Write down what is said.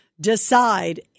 decide